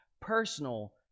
personal